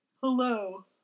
hello